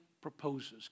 proposes